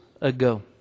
ago